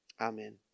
Amen